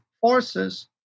forces